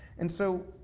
and so,